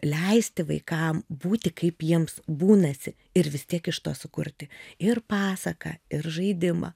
leisti vaikam būti kaip jiems būnasi ir vis tiek iš to sukurti ir pasaką ir žaidimą